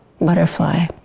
butterfly